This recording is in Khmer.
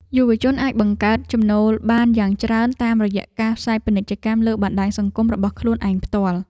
យុវជនអាចបង្កើតចំណូលបានយ៉ាងច្រើនតាមរយៈការផ្សាយពាណិជ្ជកម្មលើបណ្តាញសង្គមរបស់ខ្លួនឯងផ្ទាល់។